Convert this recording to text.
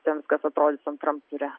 ten kas atrodys antram ture